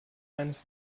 eines